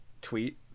tweet